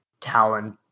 talent